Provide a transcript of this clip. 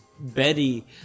Betty